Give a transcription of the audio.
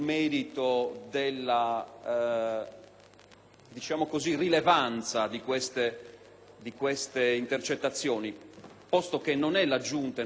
merito della rilevanza di queste intercettazioni (posto che non è la Giunta o il Senato che devono valutare la rilevanza),